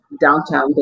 downtown